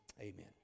Amen